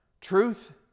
truth